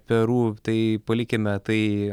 peru tai palikime tai